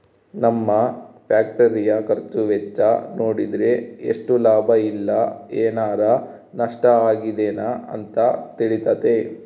ನಮ್ಮ ಫ್ಯಾಕ್ಟರಿಯ ಖರ್ಚು ವೆಚ್ಚ ನೋಡಿದ್ರೆ ಎಷ್ಟು ಲಾಭ ಇಲ್ಲ ಏನಾರಾ ನಷ್ಟ ಆಗಿದೆನ ಅಂತ ತಿಳಿತತೆ